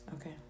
okay